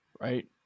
Right